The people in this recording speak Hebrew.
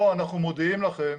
או אנחנו מודיעים לכם,